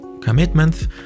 commitments